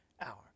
hour